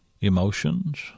Emotions